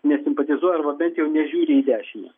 nesimpatizuoja arba bent jau nežiūri į dešinę